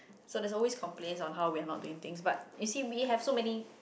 so they always complain how we are not doing thing but you see we have so many